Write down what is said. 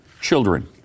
children